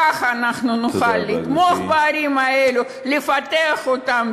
ככה אנחנו נוכל לתמוך בערים האלו ולפתח אותן,